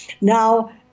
Now